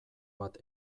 bat